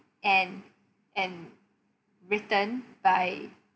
and and written by